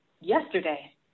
yesterday